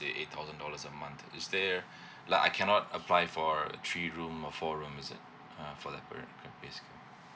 say eight thousand dollars a month is there like I cannot apply for a three room or four room is it uh for the apparent capacity